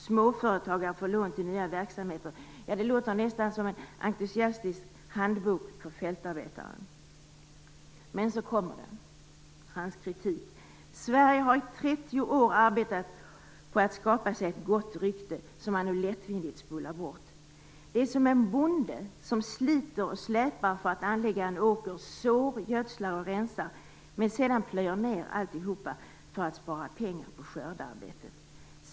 Småföretagare får lån till nya verksamheter. Ja, det låter nästan som en entusiastisk handbok för fältarbetare. Men så kommer hans kritik: Sverige har i 30 år arbetat på att skapa sig ett gott rykte som man nu lättvindigt spolar bort. Det är som en bonde som sliter och släpar för att anlägga en åker, sår, gödslar och rensar - men sedan plöjer ned alltihop för att spara pengar på skördearbetet.